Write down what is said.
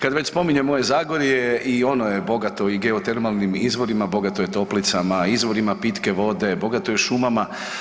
Kad već spominjem moje Zagorje i ono je bogato i geotermalnim izvorima, bogato je toplicama, izvorima pitke vode, bogato je šumama.